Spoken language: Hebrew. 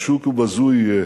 עשוק ובזוי יהא